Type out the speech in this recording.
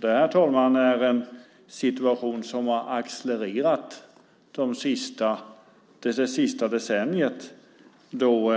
Det här, herr talman, är en situation som har accelererat det senaste decenniet då